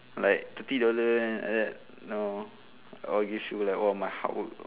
like thirty dollar eh like that you know all give you lah all my hard work